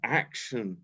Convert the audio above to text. action